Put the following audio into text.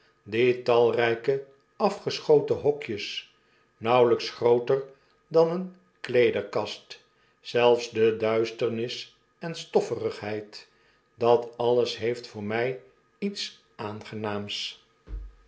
die talrijke afgeschotene hokjes nauwelyks grooter dan eene kleederkast zelfs de duisternis en stofferigheid dat alles heeft voor my iets aangenaams